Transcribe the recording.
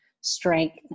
strength